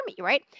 right